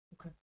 Okay